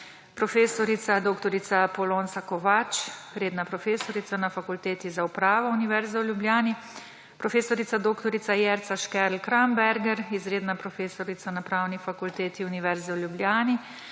prof. dr. Polonca Kovač, redna profesorica na Fakulteti za upravo Univerze v Ljubljani, prof. dr. Jerca Škerl Kramberger, izredna profesorica na Pravni fakulteti Univerze v Ljubljani,